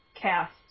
Cast